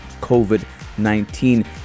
COVID-19